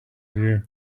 view